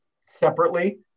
separately